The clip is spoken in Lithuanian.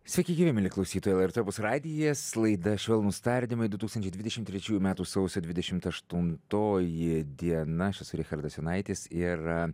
sveiki gyvi mieli klausytojai el er t opus radijas laida švelnūs tardymai du tūkstančiai dvidešimt trečiųjų metų sausio dvidešimt aštuntoji diena aš esu richardas jonaitis ir a